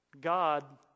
God